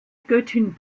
göttin